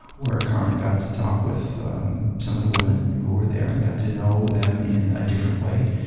where karin got to talk with some of the women who were there and got to know them in a different way.